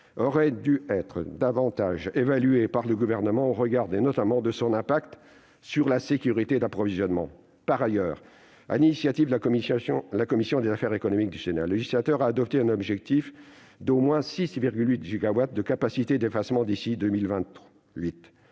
aurait dû être davantage évaluée par le Gouvernement, au regard notamment de son impact sur la sécurité d'approvisionnement. En outre, sur l'initiative de la commission des affaires économiques du Sénat, le législateur a adopté un objectif d'au moins 6,8 gigawatts de capacité d'effacement d'ici à 2028,